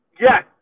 Yes